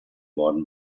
worden